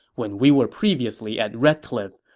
when we were previously at red cliffs,